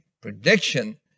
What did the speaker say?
prediction